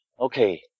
okay